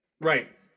Right